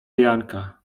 janka